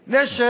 נשר,